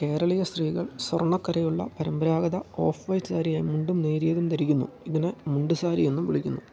കേരളീയ സ്ത്രീകൾ സ്വർണ്ണക്കരയുള്ള പരമ്പരാഗത ഓഫ് വൈറ്റ് സാരിയായ മുണ്ടും നേരിയതും ധരിക്കുന്നു ഇതിനെ മുണ്ട് സാരി എന്നും വിളിക്കുന്നു